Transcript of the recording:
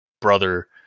brother